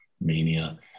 mania